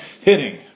hitting